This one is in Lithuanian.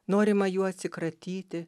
norima jų atsikratyti